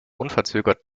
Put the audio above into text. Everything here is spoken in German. unverzögert